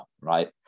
right